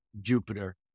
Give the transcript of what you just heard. Jupiter